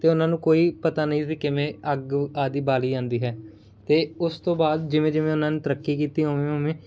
ਅਤੇ ਉਹਨਾਂ ਨੂੰ ਕੋਈ ਪਤਾ ਨਹੀਂ ਸੀ ਕਿਵੇਂ ਅੱਗ ਆਦਿ ਬਾਲੀ ਆਉਂਦੀ ਹੈ ਅਤੇ ਉਸ ਤੋਂ ਬਾਅਦ ਜਿਵੇਂ ਜਿਵੇਂ ਉਹਨਾਂ ਨੇ ਤਰੱਕੀ ਕੀਤੀ ਉਵੇਂ ਉਵੇਂ